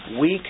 weak